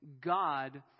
God